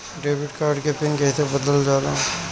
Debit card के पिन कईसे बदलल जाला?